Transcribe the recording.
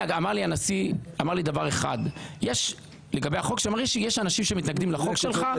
הנשיא אמר לי דבר אחד לגבי החוק שלי: יש אנשים שמתנגדים לחוק שלך,